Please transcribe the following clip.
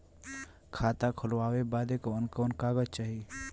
खाता खोलवावे बादे कवन कवन कागज चाही?